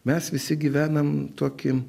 mes visi gyvenam tokį